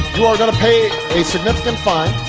you are going to pay a significant fine,